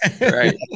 Right